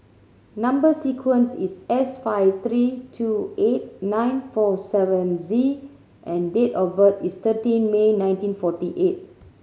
number sequence is S five three two eight nine four seven Z and date of birth is thirteen May nineteen forty eight